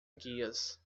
guias